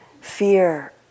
fear